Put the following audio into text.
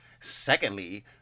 Secondly